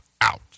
out